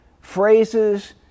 phrases